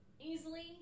easily